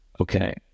Okay